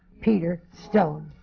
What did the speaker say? peter stone.